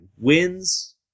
Wins